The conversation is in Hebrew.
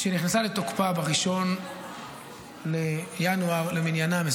שנכנסה לתוקף ב-1 בינואר 2025 למניינם היא